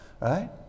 right